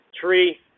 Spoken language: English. three